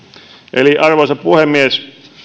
eli arvoisa puhemies